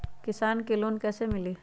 किसान के लोन कैसे मिली?